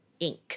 Inc